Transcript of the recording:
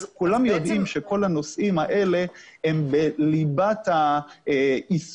כולם יודעים שכל הנושאים האלה הם בליבת העיסוק